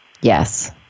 yes